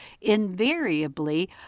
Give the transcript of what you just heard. Invariably